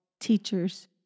teachers